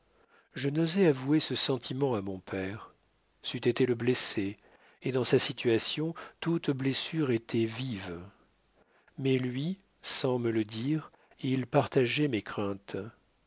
je n'osais avouer ce sentiment à mon père c'eût été le blesser et dans sa situation toute blessure était vive mais lui sans me le dire il partageait mes craintes